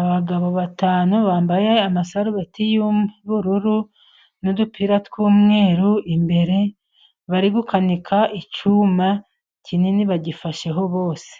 Abagabo batanu bambaye amasarubeti y'ubururu n'udupira tw'umweru imbere. Bari gukanika icyuma kinini bagifasheho bose,